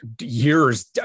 years